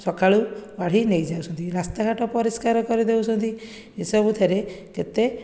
ସକାଳୁ କାଢ଼ି ନେଇଯାଉଛନ୍ତି ରାସ୍ତା ଘାଟ ପରିଷ୍କାର କରୁ ଦେଉଛନ୍ତି ଏସବୁଥିରେ ଯେତେ